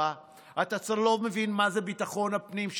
אתה לא מבין מה זה ביטחון הפנים של מדינת ישראל.